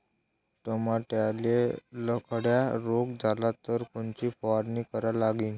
टमाट्याले लखड्या रोग झाला तर कोनची फवारणी करा लागीन?